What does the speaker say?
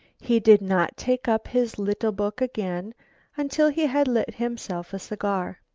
he did not take up his little book again until he had lit himself a cigar.